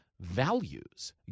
values